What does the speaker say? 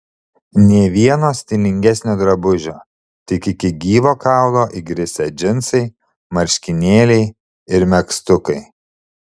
nė vieno stilingesnio drabužio tik iki gyvo kaulo įgrisę džinsai marškinėliai ir megztukai